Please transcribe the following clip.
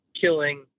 killing